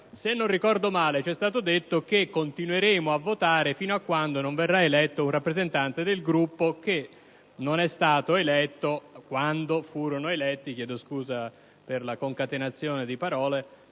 Se non ricordo male, ci è stato detto che continueremo a votare fin quando non verrà eletto un rappresentante del Gruppo che non risultò tra gli eletti